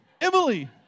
Emily